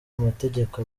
amategeko